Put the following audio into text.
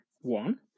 one